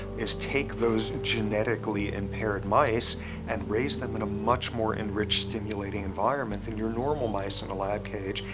is take those genetically impaired mice and raise them in a much more enriched stimulating environment than your normal mice in a lab cage,